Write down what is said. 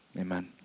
Amen